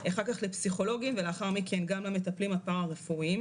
אחר כך לפסיכולוגים ולאחר מכן גם למטפלים הפרה-רפואיים.